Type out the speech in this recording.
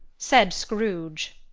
said scrooge.